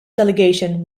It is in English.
delegation